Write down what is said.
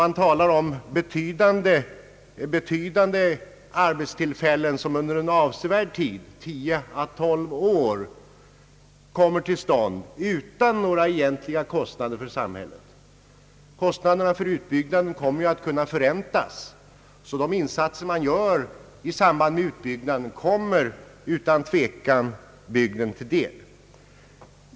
Man talar där om be tydande arbetstillfällen som under en avsevärd tid — tio å tolv år — kommer till stånd utan några egentliga kostnader för samhället. Kostnaderna för utbyggnaden kommer ju att kunna förräntas, så att de insatser man gör i samband med utbyggnaden utan tvekan kommer bygden till del.